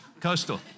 Coastal